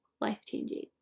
life-changing